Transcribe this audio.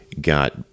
got